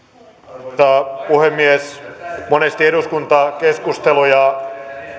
arvoisa puhemies monesti eduskuntakeskusteluja